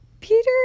Peter